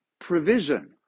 provision